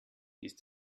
ist